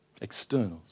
externals